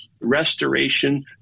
restoration